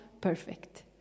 perfect